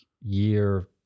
year